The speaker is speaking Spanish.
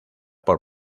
por